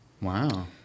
Wow